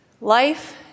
Life